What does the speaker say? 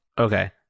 okay